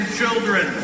children